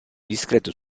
discreto